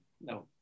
no